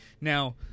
Now